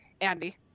Andy